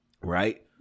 right